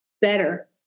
better